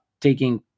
taking